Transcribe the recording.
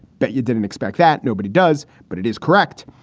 but you didn't expect that? nobody does. but it is correct.